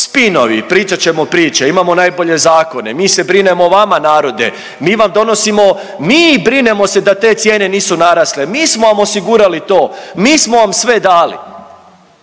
spinovi, pričat ćemo priče, imamo najbolje zakone, mi se brinemo o vama narode, mi vam donosimo, miii brinemo da cijene nisu narasle, mi smo vam osigurali to, mi smo vam sve dali